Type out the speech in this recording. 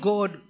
God